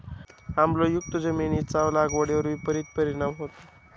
आम्लयुक्त जमिनीचा लागवडीवर विपरीत परिणाम होतो